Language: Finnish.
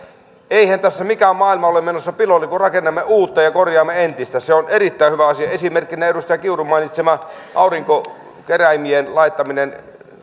eihän tässä mikään maailma ole menossa piloille kun rakennamme uutta ja korjaamme entistä se on erittäin hyvä asia esimerkkinä edustaja kiurun mainitsema aurinkokeräimien laittaminen